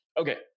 Okay